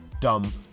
dumb